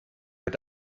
mit